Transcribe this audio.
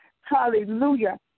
Hallelujah